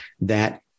that-